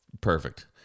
Perfect